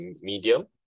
medium